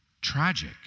tragic